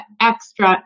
extra